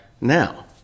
now